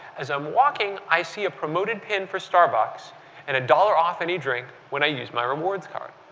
as i'm walking, i see a promote ed pin for starbucks and a dollar off any drink when i use my rewards card.